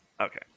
okay